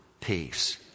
peace